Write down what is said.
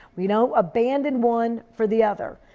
we don't abandon one for the other.